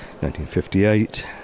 1958